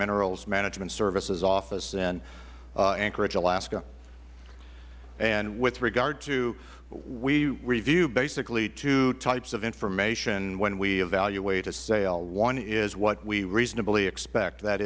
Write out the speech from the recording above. minerals management services office in anchorage alaska and with regard to we review basically two types of information when we evaluate a sale one is what we reasonably expect that